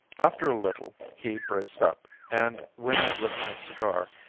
after a little he braced up, and when i lit my cigar,